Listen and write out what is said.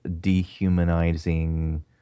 dehumanizing